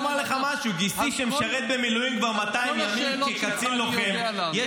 על כל השאלות שלך אני יודע לענות.